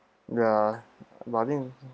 ya but I think